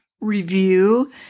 review